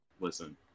Listen